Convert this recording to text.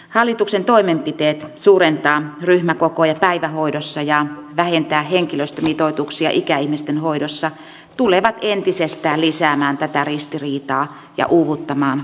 hallituksen toimenpiteet suurentaa ryhmäkokoja päivähoidossa ja vähentää henkilöstömitoituksia ikäihmisten hoidossa tulevat entisestään lisäämään tätä ristiriitaa ja uuvuttamaan työntekijöitä